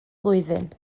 blwyddyn